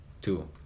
Two